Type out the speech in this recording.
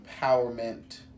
empowerment